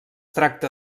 tracta